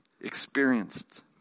experienced